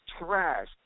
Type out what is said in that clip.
trash